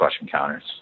encounters